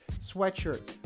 sweatshirts